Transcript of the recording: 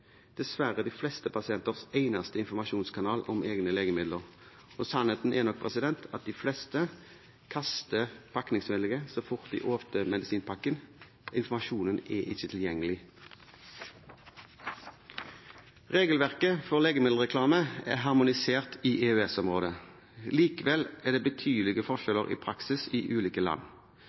de fleste pasienters eneste informasjonskanal om egne legemidler, og sannheten er nok at de fleste kaster pakningsvedlegget så fort de åpner medisinpakken. Informasjonen er ikke tilgjengelig. Regelverket for legemiddelreklame er harmonisert i EØS-området. Likevel er det betydelige forskjeller i praksis i ulike land.